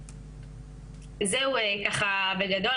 זהו ככה בגדול,